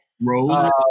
Rose